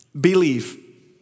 believe